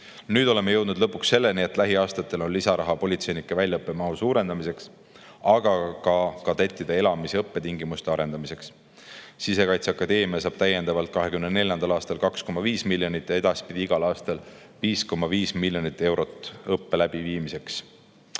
Nüüd oleme jõudnud lõpuks selleni, et lähiaastatel on lisaraha politseinike väljaõppe mahu suurendamiseks, aga ka kadettide elamis‑ ja õppetingimuste arendamiseks. Sisekaitseakadeemia saab 2024. aastal täiendavalt 2,5 miljonit ja edaspidi igal aastal 5,5 miljonit eurot õppe läbiviimiseks.